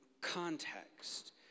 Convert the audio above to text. context